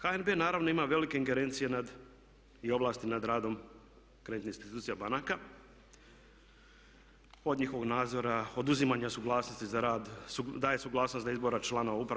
HNB naravno ima velike ingerencije i ovlasti nad radom kreditnih institucija banaka, od njihovog nadzora, oduzimanja suglasnosti za rad, daje suglasnost za izbora člana uprave.